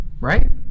Right